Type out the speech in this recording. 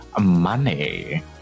money